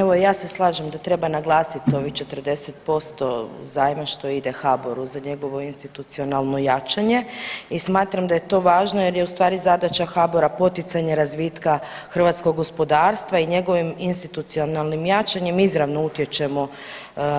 Evo i ja se slažem da treba naglasiti ovih 40% zajma što ide HBOR-u za njegovo institucionalno jačanje i smatram da je to važno jer je u stvari zadaća HBOR-a poticanje razvitka hrvatskog gospodarstva i njegovim institucionalnim jačanjem izravno utječemo